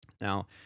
Now